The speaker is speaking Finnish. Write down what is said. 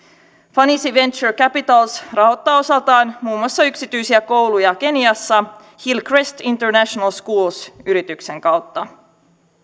fanisi venture capital rahoittaa osaltaan muun muassa yksityisiä kouluja keniassa hillcrest international schools yrityksen kautta